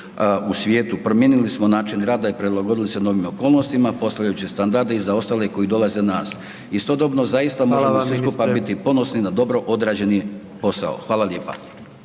u svijetu, promijenili smo način rada i prilagodili se novim okolnostima postavljajući standarde i za ostale koji dolaze iza nas. Istodobno zaista možemo svi skupa biti …/Upadica: Hvala vam ministre/…ponosni na dobro odrađeni posao. Hvala lijepa.